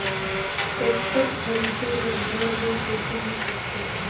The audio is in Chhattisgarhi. टेक्टर खरीदे बर मोला लोन कइसे मिल सकथे?